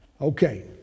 Okay